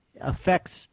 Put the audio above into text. affects